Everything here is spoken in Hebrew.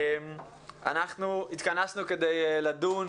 אנחנו התכנסנו כדי לדון,